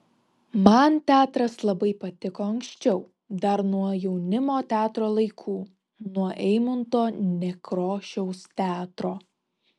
man teatras labai patiko anksčiau dar nuo jaunimo teatro laikų nuo eimunto nekrošiaus teatro